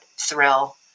thrill